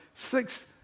Six